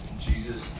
Jesus